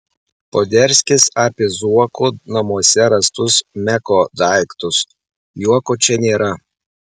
poderskis apie zuoko namuose rastus meko daiktus juoko čia nėra